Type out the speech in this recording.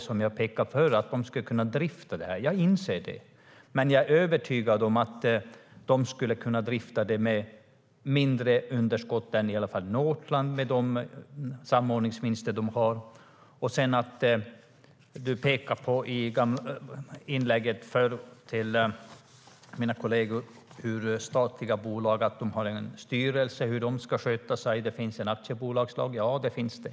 Men jag är övertygad om att med de samordningsvinster de har skulle de kunna drifta gruvan med mindre underskott än Northland.I ett inlägg till mina kolleger pekar ministern på hur statliga bolags styrelser ska sköta sig och att det finns en aktiebolagslag. Ja, det finns det.